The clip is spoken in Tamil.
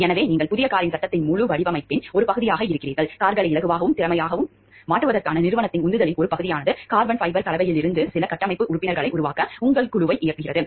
எனவே நீங்கள் புதிய காரின் சட்டத்தின் முழு வடிவமைப்பின் ஒரு பகுதியாக இருக்கிறீர்கள் கார்களை இலகுவாகவும் திறமையாகவும் மாற்றுவதற்கான நிறுவனத்தின் உந்துதலின் ஒரு பகுதியானது கார்பன் ஃபைபர் கலவையிலிருந்து சில கட்டமைப்பு உறுப்பினர்களை உருவாக்க உங்கள் குழுவை இயக்குகிறது